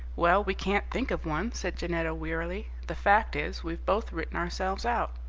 well, we can't think of one, said janetta wearily the fact is, we've both written ourselves out.